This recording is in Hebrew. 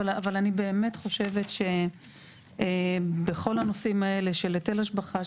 אבל אני באמת חושבת שבכל הנושאים האלה של היטל השבחה,